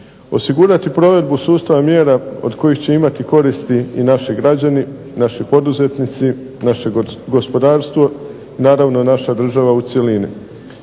Osigurati provedbu sustava mjera od kojih će imati koristi naši građani, naši poduzetnici, naše gospodarstvo, naravno naša država u cjelini.